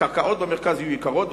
הקרקעות במרכז יהיו יקרות,